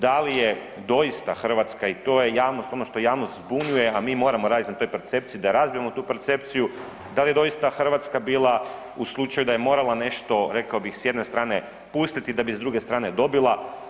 Da li je doista Hrvatska i to je ono što javnost zbunjuje, a mi moramo raditi na toj percepciji da razbijemo tu percepciju da li je doista Hrvatska bila u slučaju da je morala nešto rekao bih s jedne strane pustiti da bi s druge srane dobila.